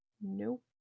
Nope